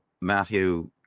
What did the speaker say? Matthew